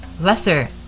lesser